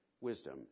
wisdom